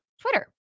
Twitter